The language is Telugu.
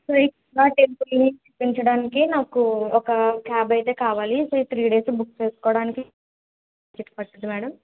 టెంపుల్ చూపించడానికి నాకు ఒక క్యాబ్ అయితే కావాలి ఒక త్రీ డేస్ బుక్ చేసుకోవడానికి ఎంత పడుతుంది మేడం